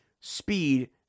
speed